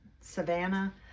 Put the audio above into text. Savannah